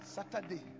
Saturday